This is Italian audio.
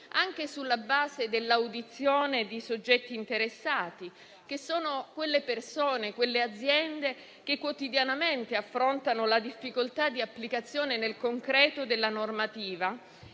anche sulla base dell'audizione di soggetti interessati, ossia quelle persone e quelle aziende che quotidianamente affrontano la difficoltà di applicazione nel concreto della normativa